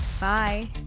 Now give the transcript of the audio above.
Bye